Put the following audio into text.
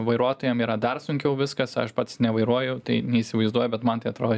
vairuotojam yra dar sunkiau viskas aš pats nevairuoju tai neįsivaizduoju bet man tai atrodo